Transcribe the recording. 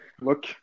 Look